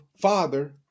father